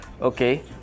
okay